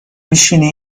میشینی